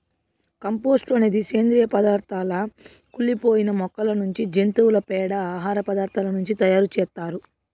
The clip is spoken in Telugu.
కంపోస్టు అనేది సేంద్రీయ పదార్థాల కుళ్ళి పోయిన మొక్కల నుంచి, జంతువుల పేడ, ఆహార పదార్థాల నుంచి తయారు చేత్తారు